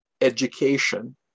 education